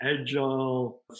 agile